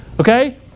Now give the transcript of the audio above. okay